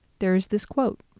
there's this quote,